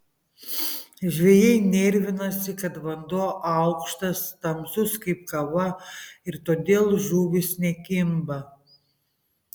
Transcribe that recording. žvejai nervinasi kad vanduo aukštas tamsus kaip kava ir todėl žuvys nekimba